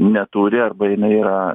neturi arba jinai yra